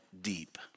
deep